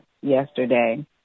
yesterday